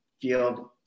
field